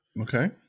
Okay